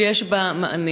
שיש בה מענה.